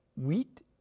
Wheat